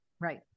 Right